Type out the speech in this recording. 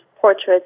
portraits